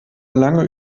lange